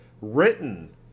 written